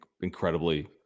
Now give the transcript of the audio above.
incredibly